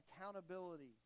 accountability